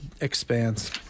Expanse